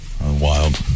wild